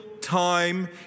time